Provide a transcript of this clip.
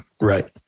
right